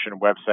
website